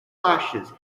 lashes